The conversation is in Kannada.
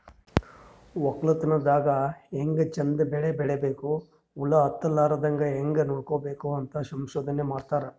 ವಕ್ಕಲತನ್ ದಾಗ್ ಹ್ಯಾಂಗ್ ಚಂದ್ ಬೆಳಿ ಬೆಳಿಬೇಕ್, ಹುಳ ಹತ್ತಲಾರದಂಗ್ ಹ್ಯಾಂಗ್ ನೋಡ್ಕೋಬೇಕ್ ಅಂತ್ ಸಂಶೋಧನೆ ಮಾಡ್ತಾರ್